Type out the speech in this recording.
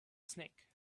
snake